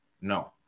no